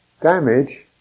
Damage